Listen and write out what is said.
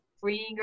freeing